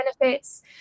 benefits